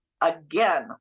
again